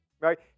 right